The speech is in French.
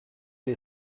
les